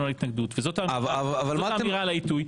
זאת האמירה שלנו להתנגדות וזאת האמירה על העיתוי.